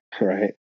right